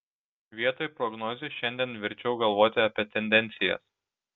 vietoj prognozių šiandien verčiau galvoti apie tendencijas